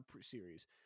series